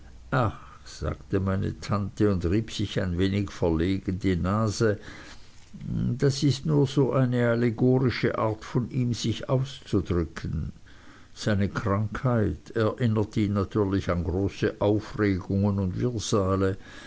ach sagte meine tante und rieb sich ein wenig verlegen die nase das ist nur so eine allegorische art von ihm sich auszudrücken seine krankheit erinnert ihn natürlich an große aufregungen und